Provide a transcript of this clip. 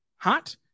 hot